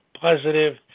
positive